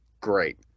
Great